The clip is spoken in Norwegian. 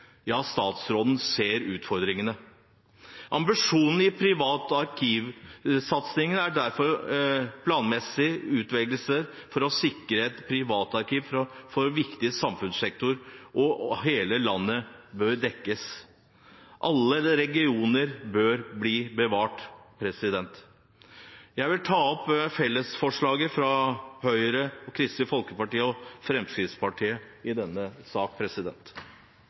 Ja, statsråden ser utfordringene. Ambisjonen i privatarkivsatsingen er derfor planmessig utvelgelse for å sikre at privatarkiver fra viktige samfunnssektorer og alle landets regioner blir bevart. Jeg vil anbefale komiteens tilråding i denne saken, fremmet av Høyre, Kristelig Folkeparti og Fremskrittspartiet.